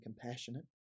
compassionate